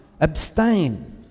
abstain